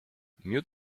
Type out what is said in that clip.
miód